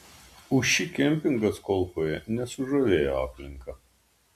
ūši kempingas kolkoje nesužavėjo aplinka